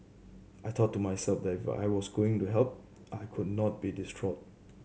I thought to myself that if I was going to help I could not be distraught